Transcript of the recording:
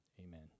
Amen